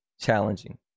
challenging